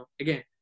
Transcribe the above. again